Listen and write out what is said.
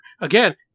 Again